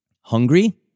hungry